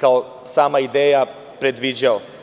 kao sama ideja, predviđao.